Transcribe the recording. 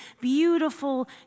beautiful